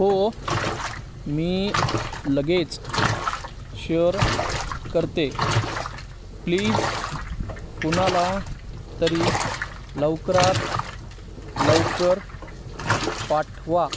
हो मी लगेच शेअर करते प्लीज कुणाला तरी लवकरात लवकर पाठवा